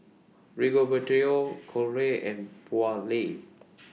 Rigoberto Colie and Beaulah